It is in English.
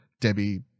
Debbie